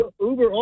Uber